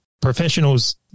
professionals